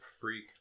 freak